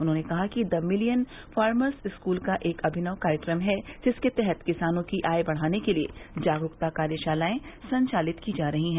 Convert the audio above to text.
उन्होंने कहा कि द मिलियन फार्मर्स स्कूल एक अभिनव कार्यक्रम है जिसके तहत किसानों की आय बढ़ाने के लिए जागरूकता कार्यशालायें संचालित की जा रही हैं